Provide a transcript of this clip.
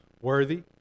worthy